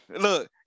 Look